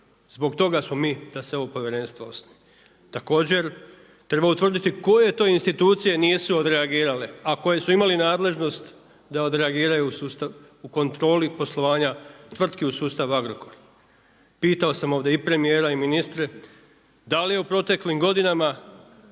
Zbog toga smo mi da se ovo povjerenstvo osnuje. Također treba utvrditi koje to institucije nisu odreagirale, a koje su imale nadležnost da odreagiraju u kontroli poslovanja tvrtki u sustavu Agrokora. Pitao sam ovdje i premijera i ministre da li je u proteklim godinama